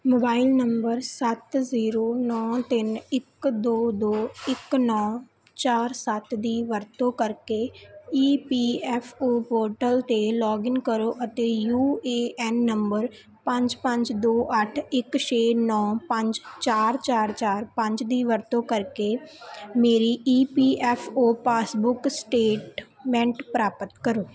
mobile number ਸੱਤ zero ਨੌਂ ਤਿੰਨ ਇੱਕ ਦੋ ਦੋ ਇੱਕ ਨੌਂ ਚਾਰ ਸੱਤ ਦੀ ਵਰਤੋਂ ਕਰਕੇ E P F O portal 'ਤੇ ਲੌਗਇਨ ਕਰੋ ਅਤੇ ਯੂ ਏ ਐਨ ਨੰਬਰ ਪੰਜ ਪੰਜ ਦੋ ਅੱਠ ਇੱਕ ਛੇ ਨੌਂ ਪੰਜ ਚਾਰ ਚਾਰ ਚਾਰ ਪੰਜ ਦੀ ਵਰਤੋਂ ਕਰਕੇ ਮੇਰੀ E P F O passbook statement ਪ੍ਰਾਪਤ ਕਰੋ